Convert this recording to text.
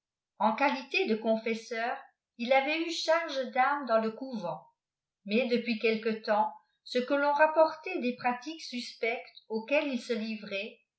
en qualité de confesseur il avait eu charge d'âmes dans le couvent mais depuis quelque temps ce que ton rapportait des pratiques suspectes auxquelles il se livrait